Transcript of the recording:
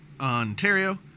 Ontario